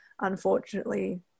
unfortunately